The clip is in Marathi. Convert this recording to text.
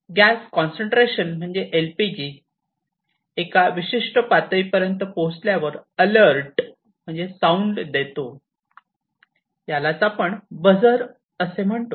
गॅस कॉन्सन्ट्रेशन म्हणजे एलपीजी एका विशिष्ट पातळीपर्यंत पोहोचल्यावर अलर्ट म्हणजे साऊंड देतो यालाच आपण बझर असे म्हणतो